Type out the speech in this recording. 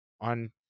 on